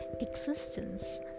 existence